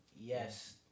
yes